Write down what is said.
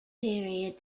period